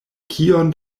kion